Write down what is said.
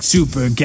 Super